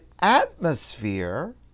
atmosphere